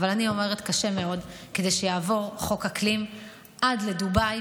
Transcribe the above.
אבל אני עובדת קשה מאוד כדי שיעבור חוק אקלים עד לדובאי,